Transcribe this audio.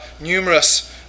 numerous